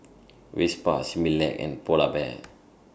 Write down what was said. Vespa Similac and Pull and Bear